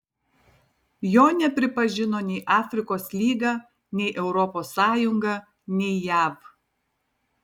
jo nepripažino nei afrikos lyga nei europos sąjunga nei jav